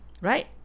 Right